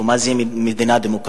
או מה זה מדינה דמוקרטית,